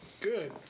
Good